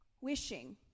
Wishing